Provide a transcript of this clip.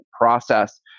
process